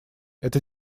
это